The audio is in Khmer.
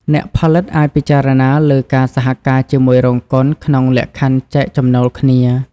អ្នកផលិតអាចពិចារណាលើការសហការជាមួយរោងកុនក្នុងលក្ខខណ្ឌចែកចំណូលគ្នា។